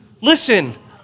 Listen